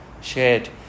shared